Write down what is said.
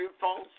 false